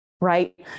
right